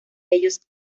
ellos